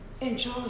enjoy